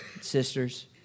sisters